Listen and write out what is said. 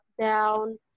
down